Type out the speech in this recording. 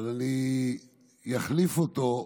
אבל אני אחליף אותו,